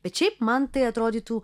bet šiaip man tai atrodytų